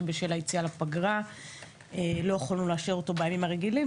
שבשל היציאה לפגרה לא יכולנו לאשר אותו בימים הרגילים,